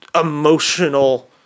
emotional